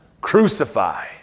Crucify